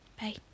Bye